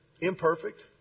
Imperfect